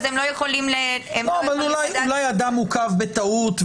הם לא יכולים --- אבל אולי אדם עוכב בטעות,